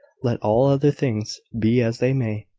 let all other things be as they may!